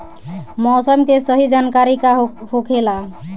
मौसम के सही जानकारी का होखेला?